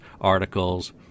articles